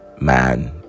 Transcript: man